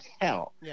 hell